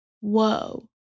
whoa